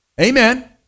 Amen